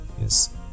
Yes